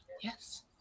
Yes